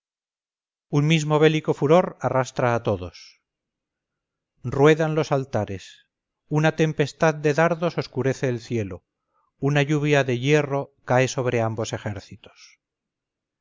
un mismo bélico furor arrastra a todos ruedan los altares una tempestad de dardos oscurece el cielo una lluvia de hierro cae sobre ambos ejércitos